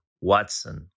Watson